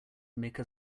make